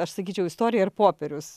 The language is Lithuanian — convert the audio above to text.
aš sakyčiau istoriją ir popierius